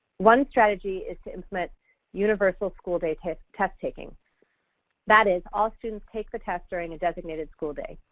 one strategy is to implement universal school day test test taking that is all students take the test during a designated school day.